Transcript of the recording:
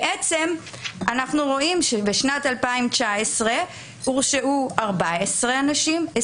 בשנת 2019 הורשעו 14 אנשים,